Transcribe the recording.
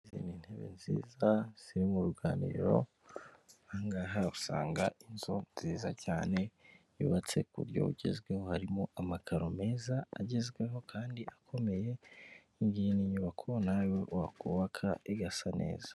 Izi ni intebe nziza ziri mu ruganiriro, aha ngaha usanga inzu nziza cyane yubatse ku buryo bugezweho, harimo amakaro meza agezweho kandi akomeye, iyi ngiyi ni inyubako nawe wakubaka igasa neza.